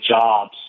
jobs